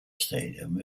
stadium